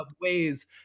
ways